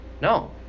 No